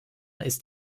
ist